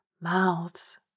mouths